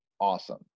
awesome